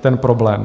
ten problém.